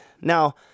Now